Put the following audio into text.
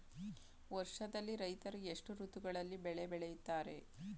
ವರ್ಷದಲ್ಲಿ ರೈತರು ಎಷ್ಟು ಋತುಗಳಲ್ಲಿ ಬೆಳೆ ಬೆಳೆಯುತ್ತಾರೆ?